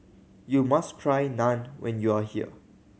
you must try Naan when you are here